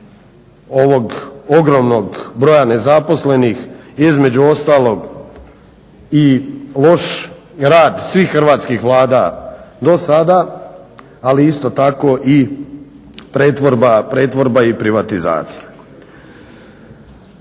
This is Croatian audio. ovog ogromnog broja nezaposlenih između ostalog i loš rad svih hrvatskih vlada do sada, ali isto tako i pretvorba i privatizacija.